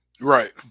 Right